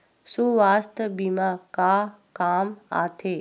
सुवास्थ बीमा का काम आ थे?